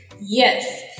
Yes